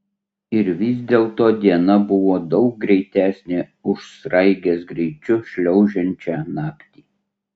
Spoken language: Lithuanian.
ir vis dėlto diena buvo daug greitesnė už sraigės greičiu šliaužiančią naktį